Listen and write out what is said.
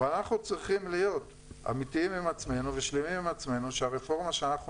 אבל אנחנו צריכים להיות אמיתיים ושלמים עם עצמנו שהרפורמה שאנחנו